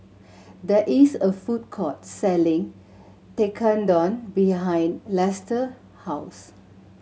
there is a food court selling Tekkadon behind Lester house